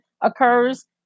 occurs